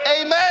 amen